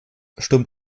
stürmt